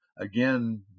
again